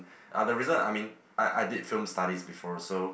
are the reason I mean I I did film studies before so